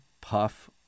puff